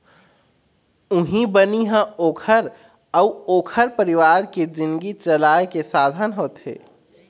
उहीं बनी ह ओखर अउ ओखर परिवार के जिनगी चलाए के साधन होथे